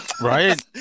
Right